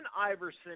Iverson